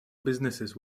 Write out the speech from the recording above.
businesses